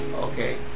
okay